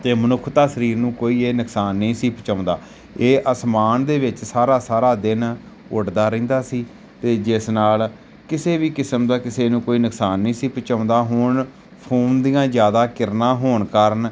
ਅਤੇ ਮਨੁੱਖਤਾ ਸਰੀਰ ਨੂੰ ਕੋਈ ਇਹ ਨੁਕਸਾਨ ਨਹੀਂ ਸੀ ਪਹੁਚਾਉਂਦਾ ਇਹ ਅਸਮਾਨ ਦੇ ਵਿੱਚ ਸਾਰਾ ਸਾਰਾ ਦਿਨ ਉੱਡਦਾ ਰਹਿੰਦਾ ਸੀ ਅਤੇ ਜਿਸ ਨਾਲ ਕਿਸੇ ਵੀ ਕਿਸਮ ਦਾ ਕਿਸੇ ਨੂੰ ਕੋਈ ਨੁਕਸਾਨ ਨਹੀਂ ਸੀ ਪਹੁੰਚਾਉਂਦਾ ਹੁਣ ਫ਼ੋਨ ਦੀਆਂ ਜ਼ਿਆਦਾ ਕਿਰਨਾਂ ਹੋਣ ਕਾਰਨ